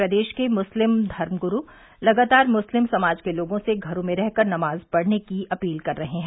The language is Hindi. प्रदेश के मुस्लिम धर्मगुरू लगातार मुस्लिम समाज के लोगों से घरों में रहकर नमाज पढ़ने की अपील कर हैं